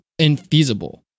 infeasible